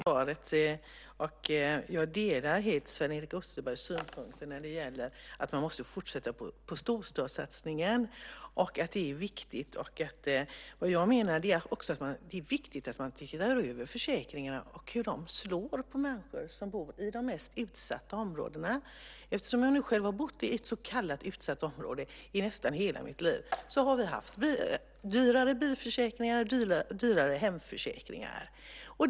Herr talman! Jag får tacka för svaret. Jag delar Sven-Erik Österbergs synpunkter när det gäller att man måste fortsätta med storstadssatsningen. Det är viktigt. Det jag också menar är att det är viktigt att man tittar över försäkringarna och hur de slår mot människor som bor i de mest utsatta områdena. Eftersom jag själv har bott i ett så kallat utsatt område i nästan hela mitt liv vet jag att vi har haft dyrare bilförsäkringar och dyrare hemförsäkringar.